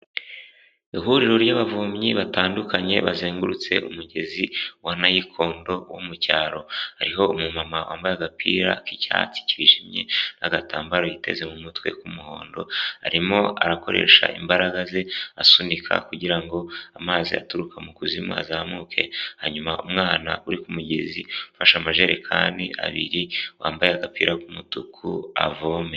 Ihuriro ry'abavomyi batandukanye bazengurutse umugezi wa nayikondo wo mu cyaro. Hariho umumama wambaye agapira k'icyatsi cyijimye n'agatambaro yiteze mu mutwe k'umuhondo, arimo arakoresha imbaraga ze asunika kugira ngo amazi aturuka mu kuzimu azamuke, hanyuma umwana uri ku mugezi ufashe amajerekani abiri, wambaye agapira k'umutuku avome.